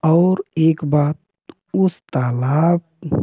और एक बात उस तालाब में